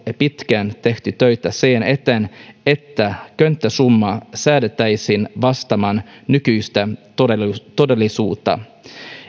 pitkään tehty töitä sen eteen että könttäsumma säädettäisiin vastaamaan nykyistä todellisuutta todellisuutta